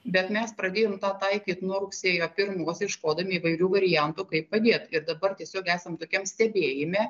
bet mes pradėjom taikyt nuo rugsėjo pirmos ieškodami įvairių variantų kaip padėt ir dabar tiesiog esam tokiam stebėjime